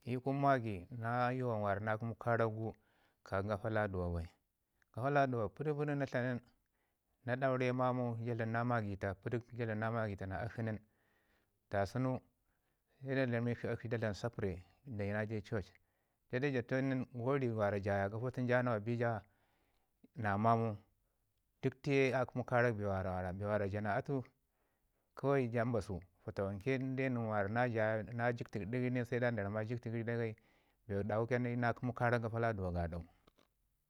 I kun maagi na gafa mi na kəma karak gu ka ki kafa laduwa bai, gaf laduwa pədək- pədək na tla nin na daureu mamau ja dlam na magita pədək ja dlam na magita na akshi nin da sunu sai na ramik shi akshi nda dlam sapərə jayi na ja i church, ja dəu da church nin go ri mi jaya gafu tun ja nawa bi ja na mamau dək tiye a kəmu karak bee waara wara bee mi ja na atu kawai ja mbasu fatawanke inde nin me wara na ciktu gərin sai nin me wara na ciktu gərin sai ndan da rama ciktu gəri dagai, bee mi waara dawu ke nan i yu na kəmu karak laduwa.